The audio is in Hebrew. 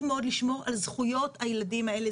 מאוד לשמור על זכויות הילדים האלה,